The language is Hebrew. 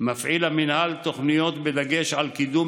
מפעיל המינהל תוכניות בדגש על קידום